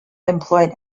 employed